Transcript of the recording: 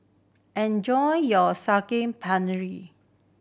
enjoy your